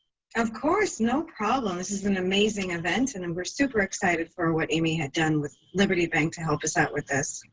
of course, no problem. this is an amazing event and and we're super excited for what amy had done with liberty bank to help us out with this.